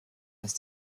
dass